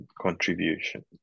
contribution